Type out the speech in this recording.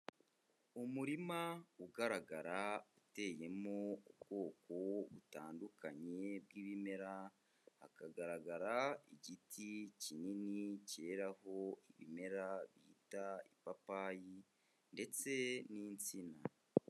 Umurima ugaragara uteyemo ubwoko butandukanye bw'ibimera, hakagaragara igiti kinini cyeraho ibimera bita ipapayi ndetse n'insina.